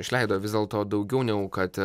išleido vis dėlto daugiau negu kad